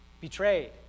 Betrayed